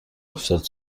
oxted